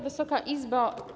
Wysoka Izbo!